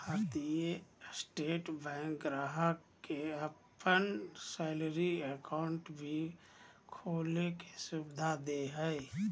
भारतीय State Bank ग्राहक के अपन सैलरी अकाउंट भी खोले के सुविधा दे हइ